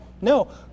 No